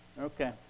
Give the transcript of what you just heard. Okay